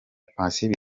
patient